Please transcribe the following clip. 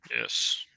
Yes